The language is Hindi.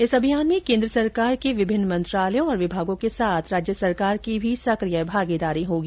इस अभियान में केन्द्र सरकार के विभिन्न मंत्रालयों और विभागों के साथ राज्य सरकार की भी सकिय भागीदारी होगी